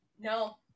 no